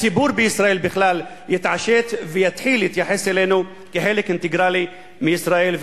הציבור בישראל בכלל יתעשת ויתחיל להתייחס אלינו כחלק אינטגרלי של ישראל,